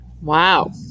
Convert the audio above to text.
Wow